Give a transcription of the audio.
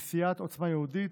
וסיעת עוצמה יהודית,